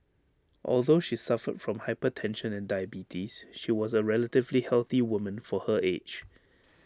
although she suffered from hypertension and diabetes she was A relatively healthy woman for her age